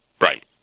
right